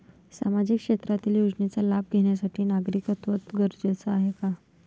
सामाजिक क्षेत्रातील योजनेचा लाभ घेण्यासाठी नागरिकत्व गरजेचे आहे का?